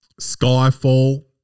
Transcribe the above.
Skyfall